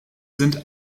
sind